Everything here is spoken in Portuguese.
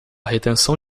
retenção